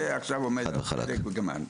זה עכשיו עומד על הפרק וגמרנו.